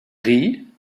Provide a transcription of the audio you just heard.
gris